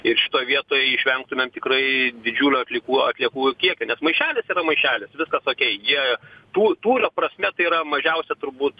ir šitoj vietoj išvengtumėm tikrai didžiulio atlikų atliekų kiekio nes maišelis yra maišelis viskas okei jie tū tūrio prasme tai yra mažiausia turbūt